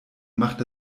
macht